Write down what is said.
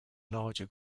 larger